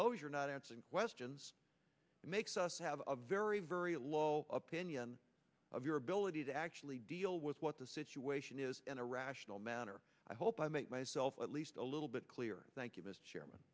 know you're not answering questions and makes us have a very very low opinion of your ability to actually deal with what the situation is in a rational manner i hope i make myself at least a little bit clearer thank you mr chairman